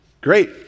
Great